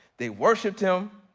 they worshiped him,